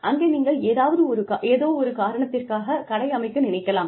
அங்கே நீங்கள் ஏதோவொரு காரணத்திற்காகக் கடை அமைக்க நினைக்கலாம்